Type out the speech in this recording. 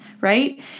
right